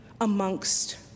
amongst